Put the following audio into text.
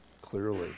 clearly